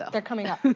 they are coming up.